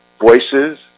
voices